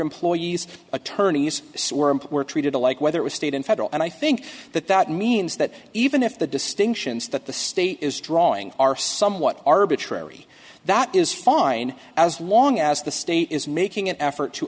employees attorneys swore and were treated alike whether it was state and federal and i think that that means that even if the distinctions that the state is drawing are somewhat arbitrary that is fine as long as the state is making an effort to